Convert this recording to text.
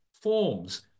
forms